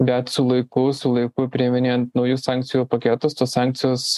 bet su laiku su laiku priiminėjant naujus sankcijų paketus tos sankcijos